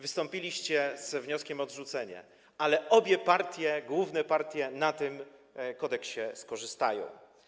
wystąpiliście z wnioskiem o odrzucenie, ale obie partie, główne partie, na tym kodeksie skorzystają.